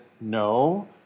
no